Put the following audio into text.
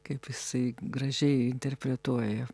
kaip jisai gražiai interpretuoja